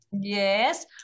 Yes